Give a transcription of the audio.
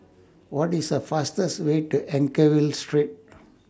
What IS The fastest Way to Anchorvale Street